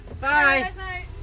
Bye